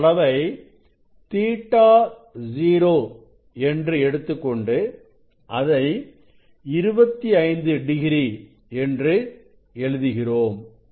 இந்த அளவை Ɵ0 என்று எடுத்துக்கொண்டு அதை 25 டிகிரி என்று எழுதுகிறோம்